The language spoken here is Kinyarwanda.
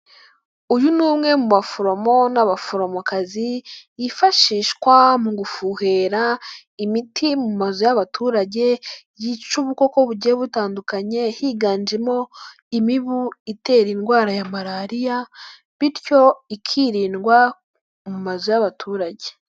Uyu ni umwe mu baforomo n'abaforomokazi bifashishwa mu gufuhera imiti mu mazu y'abaturage yica ubukoko bugiye butandukanye higanjemo imibu itera indwara ya malariya bityo ikirindwa mu mazu y'abaturage.